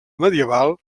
medieval